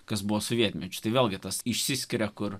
kas buvo sovietmečiu vėlgi tas išsiskiria kur